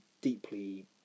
deeply